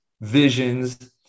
visions